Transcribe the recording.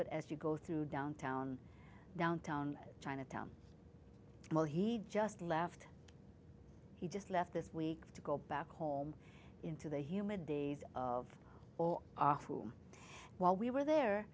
it as you go through downtown downtown chinatown well he just left he just left this week to go back home into the humid days of all our two while we were there